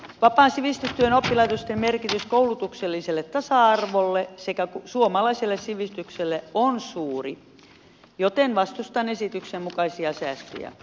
vapaan sivistystyön oppilaitosten merkitys koulutukselliselle tasa arvolle sekä suomalaiselle sivistykselle on suuri joten vastustan esityksen mukaisia säästöjä